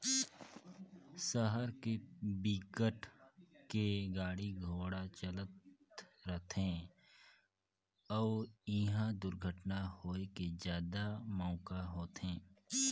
सहर के बिकट के गाड़ी घोड़ा चलत रथे अउ इहा दुरघटना होए के जादा मउका होथे